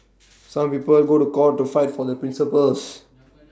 some people go to court to fight for the principles